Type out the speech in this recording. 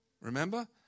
remember